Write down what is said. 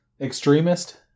Extremist